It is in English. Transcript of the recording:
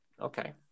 okay